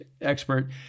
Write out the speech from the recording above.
expert